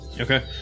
Okay